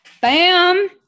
Bam